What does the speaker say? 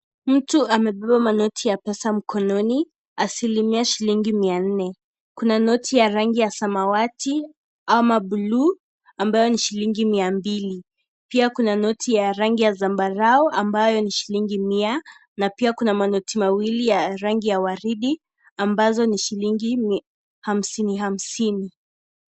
Mtu amebeba manoti ya pesa mkononi asilimia shilingi mia nne. Kuna noti ya rangi samawati ama buluu ambayo ni shilingi mia mbili. Pia kuna noti ya rangi ya zambarau ambayo ni shilingi mia na pia kuna manoti mawili ya rangi ya waridi ambazo ni shilingi hamsini hamsini.